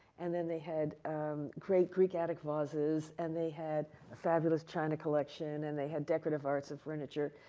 and then they had great greek attic vases. and they had fabulous china collection. and they had decorative arts and furniture.